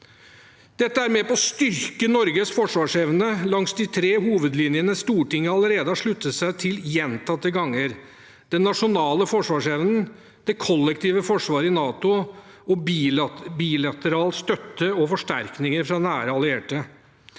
Dette er med på å styrke Norges forsvarsevne langs de tre hovedlinjene Stortinget allerede har sluttet seg til gjentatte ganger: den nasjonale forsvarsevnen, det kollektive forsvaret i NATO og bilateral støtte og forsterkninger fra nære allierte.